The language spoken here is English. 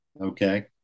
Okay